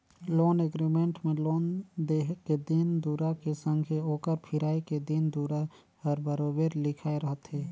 loan agreement में loan देहे के दिन दुरा के संघे ओकर फिराए के दिन दुरा हर बरोबेर लिखाए रहथे